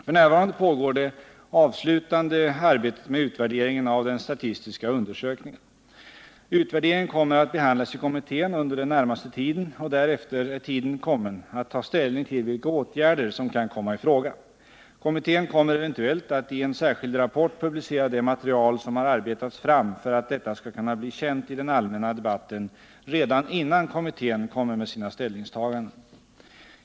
F. n. pågår det avslutande arbetet med utvärderingen av den statistiska undersökningen. Utvärderingen kommer att behandlas i kommittén under den närmaste tiden, och därefter är tiden kommen att ta ställning till vilka åtgärder som kan komma i fråga. Kommittén kommer eventuellt att i en särskild rapport publicera det material som har arbetats fram för att detta skall kunna bli känt i den allmänna debatten redan innan kommittén kommer med sina ställningstaganden.